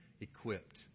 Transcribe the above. equipped